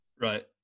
Right